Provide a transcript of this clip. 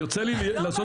יוצא לי לעשות